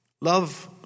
Love